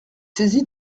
saisi